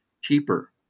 cheaper